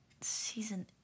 season